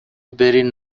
برین